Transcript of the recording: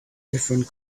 different